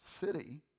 city